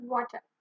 Water